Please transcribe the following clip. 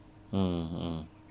mm mm